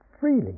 freely